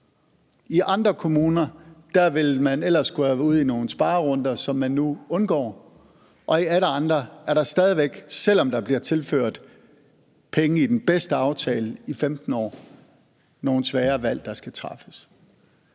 i andre kommuner ville man ellers skulle have været ude i nogle sparerunder, som man nu undgår, og i alle andre kommuner er der stadig væk, selv om der bliver tilført penge med den bedste aftale i 15 år, nogle svære valg, der skal træffes.